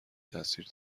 تاثیر